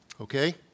okay